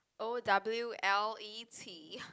O W L E t